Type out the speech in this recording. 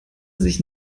sich